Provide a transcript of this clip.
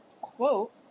quote